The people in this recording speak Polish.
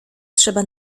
trzeba